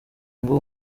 ngo